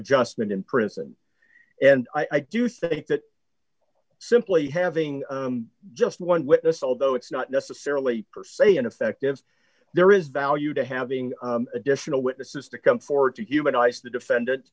adjustment in prison and i do think that simply having just one witness although it's not necessarily per se ineffective there is value to having additional witnesses to come forward to humanize the defendant